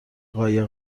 قایق